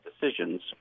decisions